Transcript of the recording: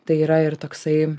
tai yra ir toksai